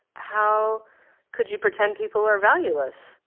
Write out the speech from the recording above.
how could you pretend people are valueless?